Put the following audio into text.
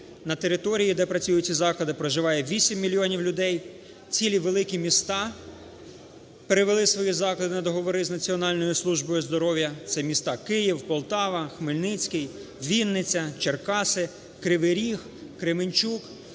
На території, де працюють ці заклади, проживає 8 мільйонів людей. Цілі великі міста перевели свої заклади на договори з Національною службою здоров'я. Це міста Київ, Полтава, Хмельницький, Вінниця, Черкаси, Кривий Ріг, Кременчук;